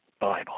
Bible